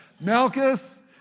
Malchus